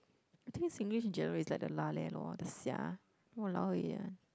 I think Singlish generally is like the lah leh lor the sia !walao! eh ah